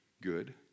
good